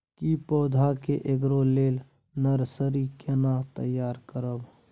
की पौधा के ग्रोथ लेल नर्सरी केना तैयार करब?